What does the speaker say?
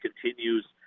continues